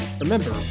Remember